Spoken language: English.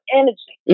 energy